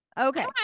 okay